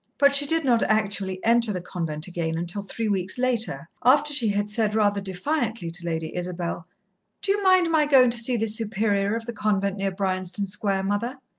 but she did not actually enter the convent again until three weeks later, after she had said rather defiantly to lady isabel do you mind my going to see the superior of the convent near bryanston square, mother?